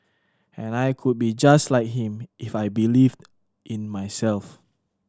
and I could be just like him if I believed in myself